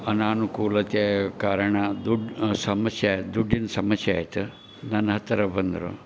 ಅನಾನುಕೂಲತೆ ಕಾರಣ ದುಡ್ಡು ಸಮಸ್ಯೆ ದುಡ್ಡಿನ ಸಮಸ್ಯೆ ಆಯ್ತು ನನ್ನ ಹತ್ತಿರ ಬಂದರು